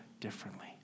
differently